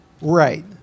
Right